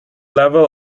level